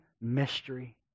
mystery